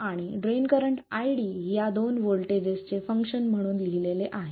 आणि drain current ID या दोन व्होल्टेजचे फंक्शन म्हणून लिहिलेले आहे